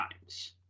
times